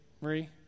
Marie